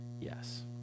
Yes